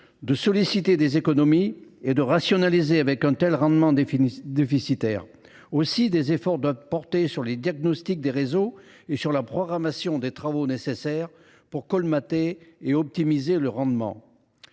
de solliciter économies et rationalisation quand le rendement est si déficitaire. Aussi des efforts doivent ils porter sur le diagnostic des réseaux et sur la programmation des travaux nécessaires pour colmater les fuites et optimiser le rendement.